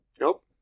nope